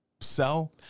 sell